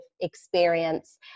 experience